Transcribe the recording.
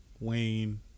Wayne